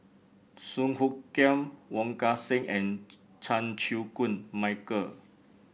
Song Hoot Kiam Wong Kan Seng and Chan Chew Koon Michael